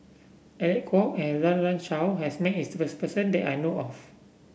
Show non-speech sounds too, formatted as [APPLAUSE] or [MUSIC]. Alec Kuok and Run Run Shaw has met its [UNINTELLIGIBLE] person that I know of